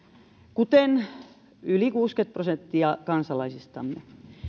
kuten yli kuusikymmentä prosenttia kansalaisistamme